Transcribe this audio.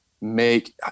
make –